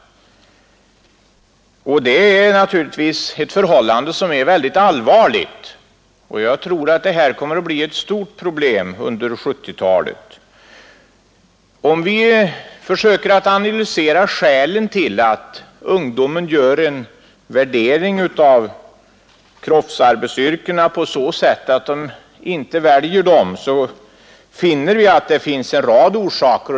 Det är ett mycket allvarligt förhållande som kommer att bli ett stort problem under 1970-talet. Då utskottet försöker analysera skälen till att ungdomen gör en värdering av kroppsarbetsyrkena på så sätt att de inte väljer dem, så konstaterar vi att det finns en rad orsaker.